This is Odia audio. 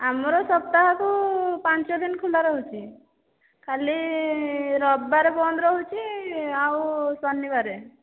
ଆମର ସପ୍ତାହକୁ ପାଞ୍ଚଦିନ ଖୋଲାରହୁଛି ଖାଲି ରବବାର ବନ୍ଦ ରହୁଛି ଆଉ ଶନିବାର